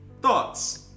thoughts